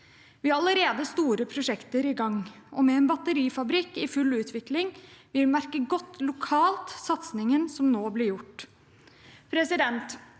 Vi har allerede store prosjekter i gang, og med en batterifabrikk i full utvikling vil vi lokalt merke godt den satsingen som nå blir gjort.